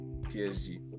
PSG